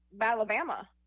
Alabama